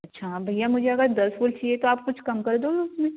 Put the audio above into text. अच्छा भैया मुझे अगर दस फूल चहिए तो आप कुछ कम कर दोगे उसमें